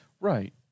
Right